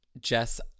Jess